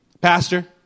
Pastor